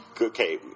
okay